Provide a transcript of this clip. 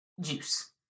juice